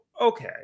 okay